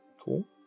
Cool